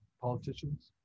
politicians